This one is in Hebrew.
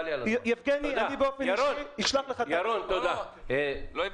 יגבני, אני באופן אישי אשלח לך --- לא הבנת